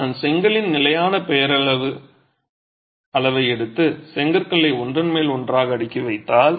நான் செங்கலின் நிலையான பெயரளவு அளவை எடுத்து செங்கற்களை ஒன்றன் மேல் ஒன்றாக அடுக்கி வைத்தால்